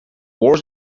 wars